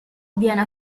viene